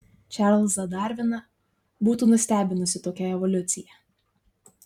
čarlzą darviną būtų nustebinusi tokia evoliucija